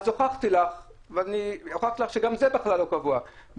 אז הוכחתי לך שגם זה בכלל לא קבוע,